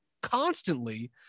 constantly